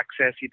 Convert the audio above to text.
access